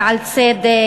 ועל צדק,